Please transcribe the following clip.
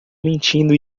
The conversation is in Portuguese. mentindo